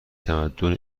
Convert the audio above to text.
تمدن